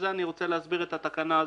אני רוצה להסביר את התקנה הזאת.